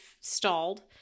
stalled